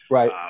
Right